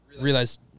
realized